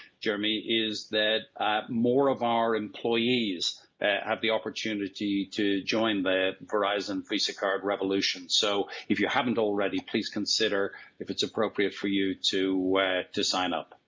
jeremy, is more of our employees have the opportunity to join the verizon visa card revolution so if you haven't already please consider if it's appropriate for you to to sign up,